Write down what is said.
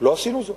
לא עשינו זאת,